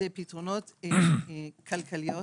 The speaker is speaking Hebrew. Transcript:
אלא פתרונות כלכליים,